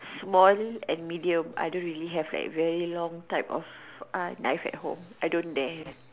small and medium I don't really have like very long type of knife at home I don't there